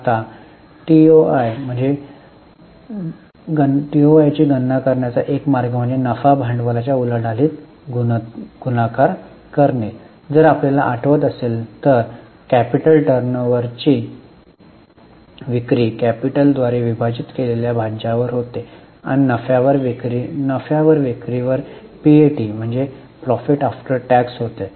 आता ची गणना करण्याचा एक मार्ग म्हणजे नफा भांडवलाच्या उलाढालीत गुणाकार करणे जर आपल्याला आठवत असेल तर कॅपिटल टर्नओव्हरची विक्री कॅपिटल द्वारे विभाजित केलेल्या भाज्यावर होते आणि नफ्यावर विक्रीवर पीएटी होते